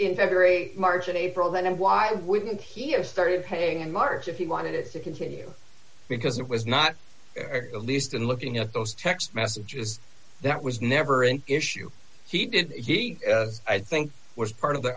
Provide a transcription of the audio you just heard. in february march and april then why wouldn't he have started paying in march if he wanted to continue because it was not the least and looking at those text messages that was never an issue he did he i think was part of the